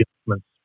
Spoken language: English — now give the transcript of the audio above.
adjustments